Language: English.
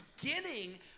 beginning